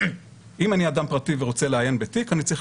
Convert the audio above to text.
אם אני אדם פרטי ורוצה לעיין בתיק אני צריך